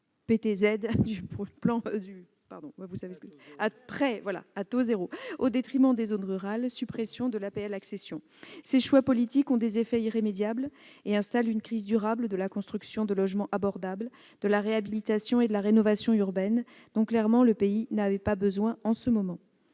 au détriment des zones rurales, suppression de l'APL accession. Ces choix politiques ont des effets irrémédiables et installent une crise durable de la construction de logements abordables, de la réhabilitation et de la rénovation urbaines, crise dont, clairement, le pays n'avait pas besoin en ce moment.